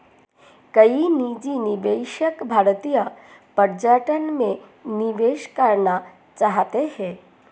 कई निजी निवेशक भारतीय पर्यटन में निवेश करना चाहते हैं